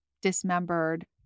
dismembered